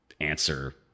answer